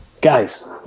guys